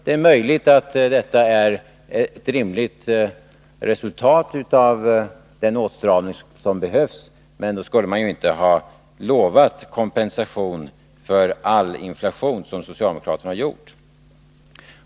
Det är möjligt att detta är ett rimligt resultat med hänsyn till den åtstramning som behövs, men då borde man inte ha lovat kompensation för all inflation, något som socialdemokraterna gjort.